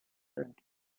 and